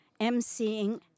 emceeing